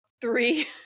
three